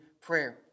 prayer